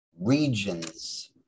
regions